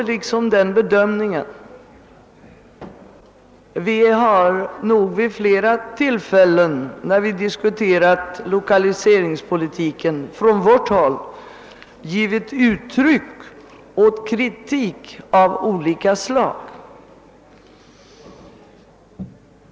Från vårt håll har vi vid flera tillfällen, när lokaliseringspolitiken diskuterats, givit uttryck åt kritik.